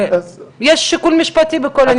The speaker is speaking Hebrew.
יש שיקול משפטי בכל העניין הזה.